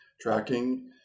tracking